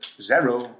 zero